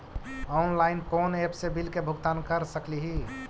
Online कोन app से bill के भुगतान कर सकली ही?